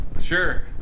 Sure